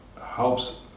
helps